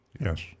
Yes